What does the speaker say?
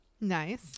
nice